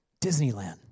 Disneyland